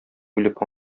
үлеп